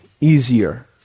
easier